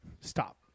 Stop